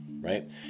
right